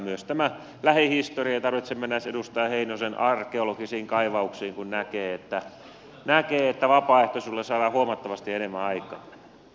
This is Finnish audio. myös tämä lähihistoria ei tarvitse mennä edes edustaja heinosen arkeologisiin kaivauksiin kun näkee että vapaaehtoisuudella saadaan huomattavasti enemmän ai